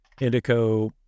Indico